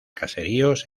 caseríos